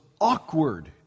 awkward